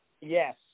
yes